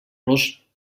los